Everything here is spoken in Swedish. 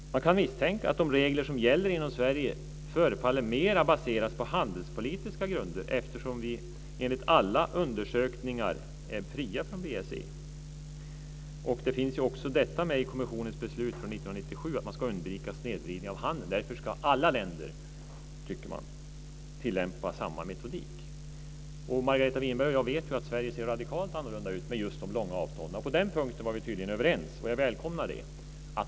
Jag kan misstänka att de regler som gäller inom Sverige förefaller mera baseras på handelspolitiska grunder eftersom vi enligt alla undersökningar är fria från BSE. Det finns också med i kommissionens beslut från 1997 att undvika snedvridning av handeln. Därför ska alla länder tillämpa samma metodik. Margareta Winberg och jag vet att Sverige ser radikalt annorlunda ut just med de långa avstånden. På den punkten är vi tydligen överens. Jag välkomnar det.